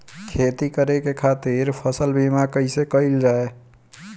खेती करे के खातीर फसल बीमा कईसे कइल जाए?